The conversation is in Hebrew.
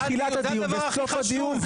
תמיד אשתדל להסתכל על עצמי ביחס לעצמי,